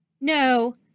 No